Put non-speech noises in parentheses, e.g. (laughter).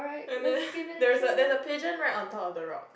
and then (laughs) there's a there is a pigeon right on top of the rock